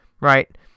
right